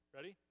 Ready